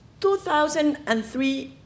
2,003